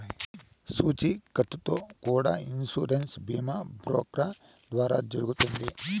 పూచీకత్తుతో కూడా ఇన్సూరెన్స్ బీమా బ్రోకర్ల ద్వారా జరుగుతుంది